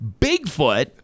Bigfoot